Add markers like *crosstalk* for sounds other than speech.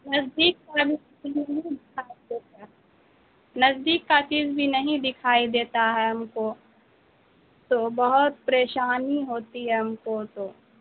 نزدیک *unintelligible* نزدیک کا چیز بھی نہیں دکھائی دیتا ہے ہم کو تو بہت پریشانی ہوتی ہے ہم کو تو